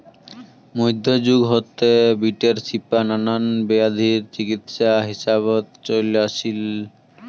মইধ্যযুগ হাতে, বিটের শিপা নানান বেয়াধির চিকিৎসা হিসাবত চইল আছিল